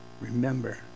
Remember